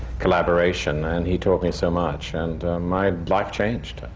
collaboration, and he taught me so much. and my life changed,